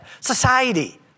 Society